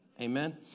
amen